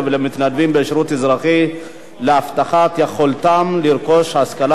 בשירות אזרחי להבטחת יכולתם לרכוש השכלה גבוהה,